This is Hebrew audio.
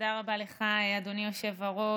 תודה רבה לך, אדוני היושב-ראש.